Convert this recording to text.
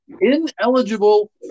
ineligible